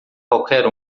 qualquer